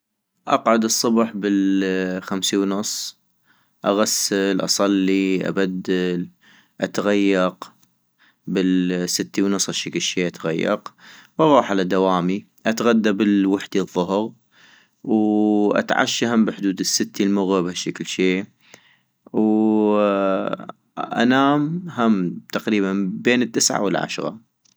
اقعد الصبح بالخمسي ونص ، اغسل اصلي ابدل اتغيق بالستي ونص هشكل شي اتغيق ، واغوح على دوامي اتغدا بالوحدي الضهغ واتعشى هم بحدود الستي المغب هشكل شي، وانام هم تقريبا بين التسعة العشغة